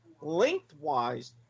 lengthwise